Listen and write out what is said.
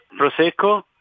Prosecco